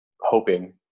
hoping